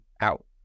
out